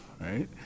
right